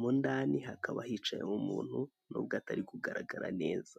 mo ndani hakaba hicaye umuntu nubwo atari kugaragara neza.